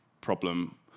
problem